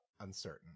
uncertain